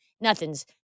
Nothing's